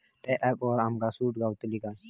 त्या ऍपवर आमका सूट गावतली काय?